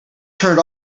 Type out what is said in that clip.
turned